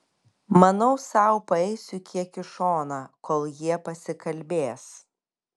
manau sau paeisiu kiek į šoną kol jie pasikalbės